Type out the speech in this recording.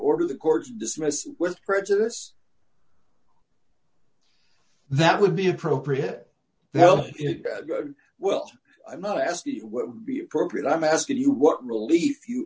order the court dismissed with prejudice that would be appropriate well i'm not asking you be appropriate i'm asking you what relief you